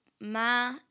ma